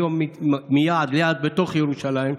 היום מיעד ליעד בתוך ירושלים,